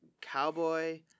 cowboy